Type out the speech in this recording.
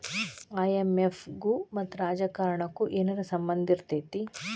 IMF ಗು ಮತ್ತ ರಾಜಕಾರಣಕ್ಕು ಏನರ ಸಂಭಂದಿರ್ತೇತಿ?